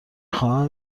خواهم